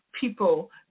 people